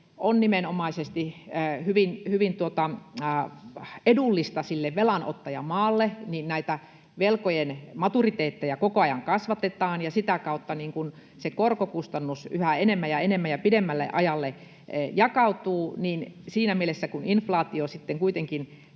on nimenomaisesti hyvin edullista sille velanottajamaalle, niin näitä velkojen maturiteetteja koko ajan kasvatetaan ja sitä kautta se korkokustannus yhä enemmän ja enemmän ja pidemmälle ajalle jakautuu. Siinä mielessä, kun inflaatio sitten kuitenkin